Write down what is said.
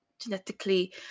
genetically